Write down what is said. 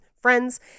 friends